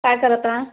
काय करत आ